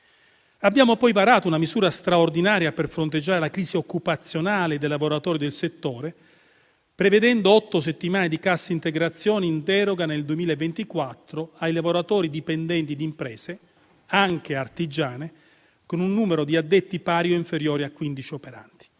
Abbiamo poi varato una misura straordinaria per fronteggiare la crisi occupazionale dei lavoratori del settore, prevedendo otto settimane di cassa integrazione in deroga nel 2024 ai lavoratori dipendenti di imprese, anche artigiane, con un numero di addetti pari o inferiore a quindici.